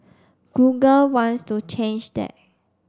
Google wants to change that